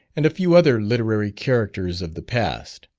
and a few other literary characters of the past.